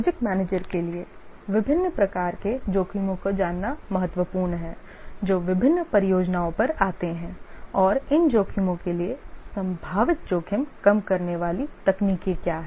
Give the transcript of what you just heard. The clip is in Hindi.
प्रोजेक्ट मैनेजर के लिए विभिन्न प्रकार के जोखिमों को जानना महत्वपूर्ण है जो विभिन्न परियोजनाओं पर आते हैं और इन जोखिमों के लिए संभावित जोखिम कम करने वाली तकनीकें क्या हैं